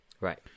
Right